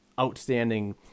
outstanding